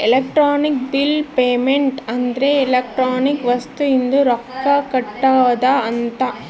electronic bill payment ಅಂದ್ರ electronic ವಸ್ತು ಇಂದ ರೊಕ್ಕ ಕಟ್ಟೋದ ಅಂತ